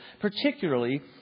particularly